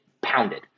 pounded